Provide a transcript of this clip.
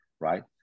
Right